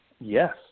Yes